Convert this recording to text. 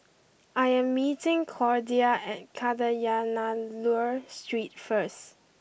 I am meeting Cordia at Kadayanallur Street first